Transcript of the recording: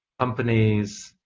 companies,